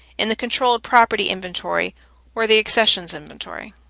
in the controlled property inventory or the accessions inventory.